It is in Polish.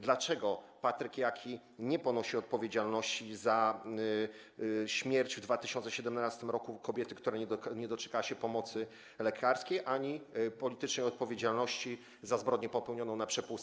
Dlaczego Patryk Jaki nie ponosi odpowiedzialności za śmierć w 2017 r. kobiety, która nie doczekała się pomocy lekarskiej, ani politycznej odpowiedzialności za zbrodnię popełnioną na przepustce?